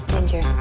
Ginger